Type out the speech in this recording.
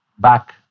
back